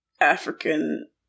african